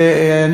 ואני